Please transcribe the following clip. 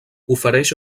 ofereix